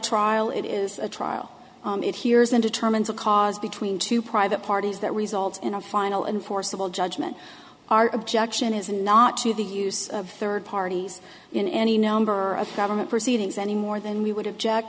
trial it is a trial it hears and determines a cause between two private parties that result in a final enforceable judgment are objection is not to the use of third parties in any number of government proceedings any more than we would object